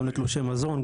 גם לתלושי מזון,